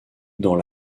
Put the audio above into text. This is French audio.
dans